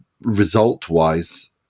result-wise